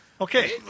Okay